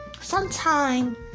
Sometime